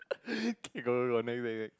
okay got got got next next next